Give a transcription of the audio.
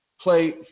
play